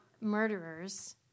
murderers